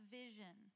vision